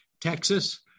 Texas